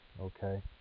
Okay